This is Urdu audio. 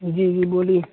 جی جی بولیے